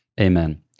Amen